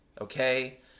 okay